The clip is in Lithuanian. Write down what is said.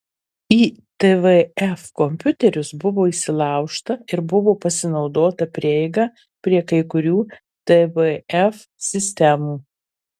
į tvf kompiuterius buvo įsilaužta ir buvo pasinaudota prieiga prie kai kurių tvf sistemų